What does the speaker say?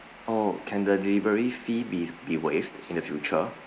oh can the delivery fee be be waived in the future